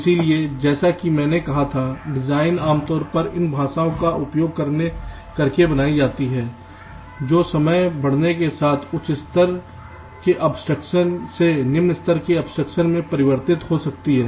इसलिए जैसा कि मैंने कहा था कि डिज़ाइन आमतौर पर इन भाषाओं का उपयोग करके बनाई जाती हैं जो समय बढ़ने के साथ उच्च स्तर के अब्स्ट्रक्शन से निम्न स्तर के अब्स्ट्रक्शन में परिवर्तित हो सकती हैं